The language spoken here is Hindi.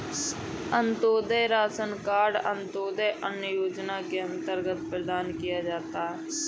अंतोदय राशन कार्ड अंत्योदय अन्न योजना के अंतर्गत प्रदान किया जाता है